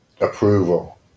approval